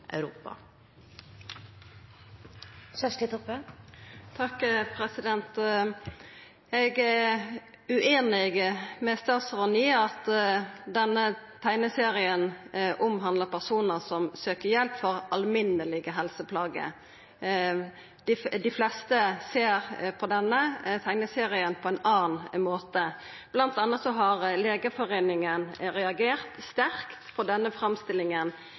Eg er ueinig med statsråden i at denne teikneserien omhandlar personar som søkjer hjelp for alminnelege helseplagar. Dei fleste ser på denne teikneserien på ein annan måte, bl.a. har Legeforeininga reagert sterkt på denne framstillinga, og dei har skrive brev til Justis- og beredskapsdepartementet om at dei meiner at framstillinga